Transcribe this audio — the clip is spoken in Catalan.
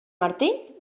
martí